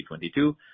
2022